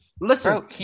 Listen